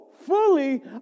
Fully